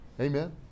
Amen